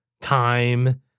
time